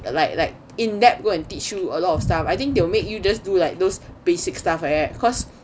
like like in depth go and teach you a lot of stuff I think they will make you just do like those basic stuff like that cause